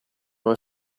were